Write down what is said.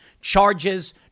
Charges